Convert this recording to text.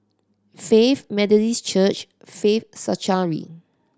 Faith Methodist Church Faith Sanctuary